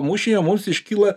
mūšyje mums iškyla